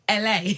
LA